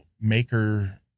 maker